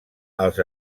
als